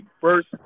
first